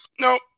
No